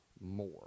more